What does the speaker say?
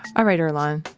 all right, earlonne.